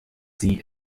sie